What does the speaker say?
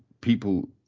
people